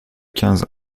quinze